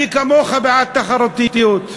אני כמוך בעד תחרותיות.